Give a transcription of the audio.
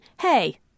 Hey